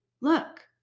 look